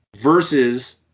versus